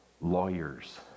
lawyers